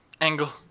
Angle